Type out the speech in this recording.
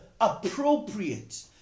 appropriate